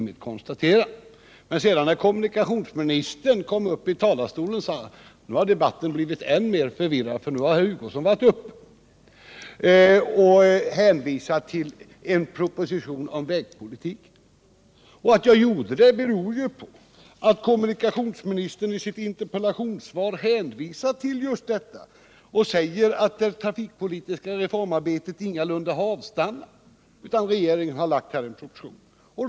Men när sedan kommunikationsministern kom upp i talarstolen sade han: Nu har debatten blivit än mer förvirrad, för nu har herr Hugosson varit uppe och hänvisat till en proposition om vägpolitik. Att jag gjorde detta berodde på att kommunikationsministern i sitt interpellationssvar hänvisat till just detta. Han säger att det trafikpolitiska reformarbetet ingalunda har avstannat. Regeringen har här lagt en proposition.